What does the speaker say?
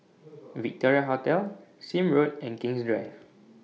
Victoria Hotel Sime Road and King's Drive